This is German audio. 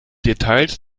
details